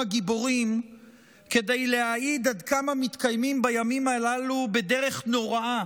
הגיבורים כדי להעיד עד כמה מתקיימים בימים הללו בדרך נוראה